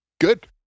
good